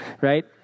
right